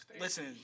Listen